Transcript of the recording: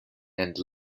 and